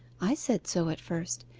i said so at first.